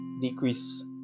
decrease